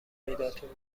پیداتون